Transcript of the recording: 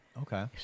Okay